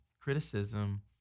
criticism